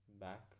back